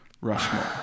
Rushmore